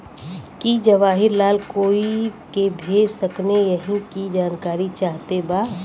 की जवाहिर लाल कोई के भेज सकने यही की जानकारी चाहते बा?